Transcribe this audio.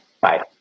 Bye